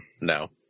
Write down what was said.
No